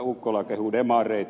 ukkola kehuu demareita